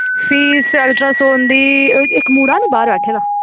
fees ultrasound दी इक मुड़ा निं बाह्र बैठे दा